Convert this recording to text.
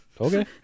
Okay